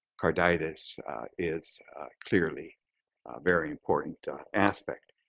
carditis is clearly a very important aspect.